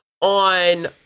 on